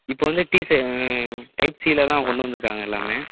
இப்போ வந்து டி சே டைப் சியில் தான் கொண்டு வந்திருக்காங்க எல்லாமே